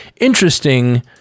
interesting